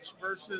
versus